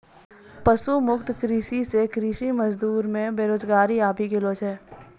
पशु मुक्त कृषि से कृषि मजदूर मे बेरोजगारी आबि गेलो छै